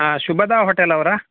ಹಾಂ ಶುಭದಾ ಹೋಟೆಲ್ ಅವರಾ